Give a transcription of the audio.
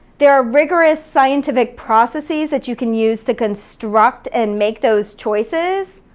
there are rigorous scientific processes that you can use to construct and make those choices,